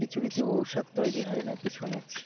কিছু কিছু ঔষধ তৈরি হয় নাকি শুনেছি